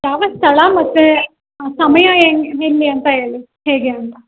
ಯಾವ ಸ್ಥಳ ಮತ್ತು ಸಮಯ ಹೇಗೆ ಎಲ್ಲಿ ಅಂತ ಹೇಳಿ ಹೇಗೆ ಅಂತ